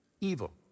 evil